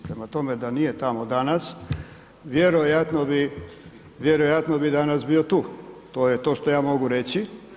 Prema tome, da nije tamo danas, vjerojatno bi, vjerojatno bi danas bio tu, to je to što ja mogu reći.